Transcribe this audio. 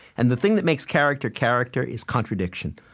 and the thing that makes character, character, is contradiction.